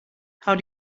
how